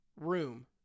room